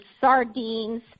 sardines